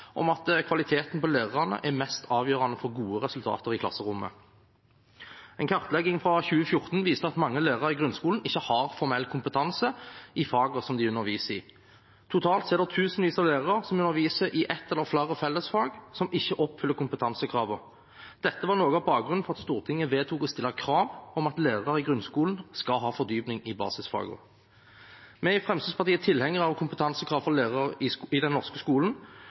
om at kvaliteten på lærerne er det mest avgjørende for gode resultater i klasserommet. En kartlegging fra 2014 viste at mange lærere i grunnskolen ikke har formell kompetanse i fagene som de underviser i. Totalt er det tusenvis av lærere som underviser i ett eller flere fellesfag, som ikke oppfyller kompetansekravene. Dette var noe av bakgrunnen for at Stortinget vedtok å stille krav om at lærere i grunnskolen skal ha fordypning i basisfagene. Vi i Fremskrittspartiet er tilhengere av kompetansekrav for lærere i den norske skolen,